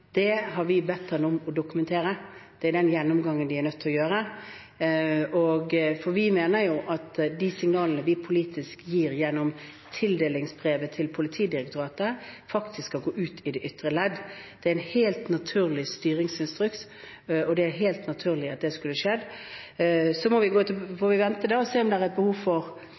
Det har vi bedt ham om å dokumentere, det er den gjennomgangen de er nødt til å gjøre, for vi mener at de signalene vi politisk gir gjennom tildelingsbrevet til Politidirektoratet, faktisk skal gå ut i de ytre ledd. Det er en helt naturlig styringsinstruks, og det er helt naturlig at det skulle skjedd. Så får vi vente og se om det er et behov for